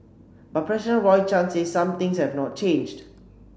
but president Roy Chan says some things have not changed